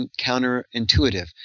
counterintuitive